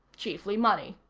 chiefly money.